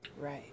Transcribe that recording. Right